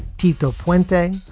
tito pointing,